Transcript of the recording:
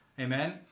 Amen